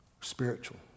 spiritual